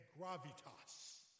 gravitas